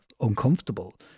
uncomfortable